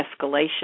escalation